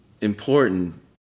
important